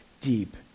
deep